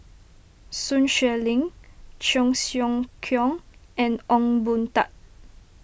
Sun Xueling Cheong Siew Keong and Ong Boon Tat